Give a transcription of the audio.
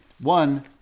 one